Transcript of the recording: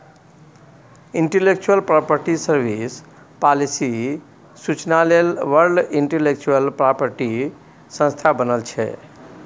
intellectual property service, policy सुचना लेल world intellectual property संस्था बनल छै